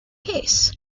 case